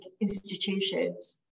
institutions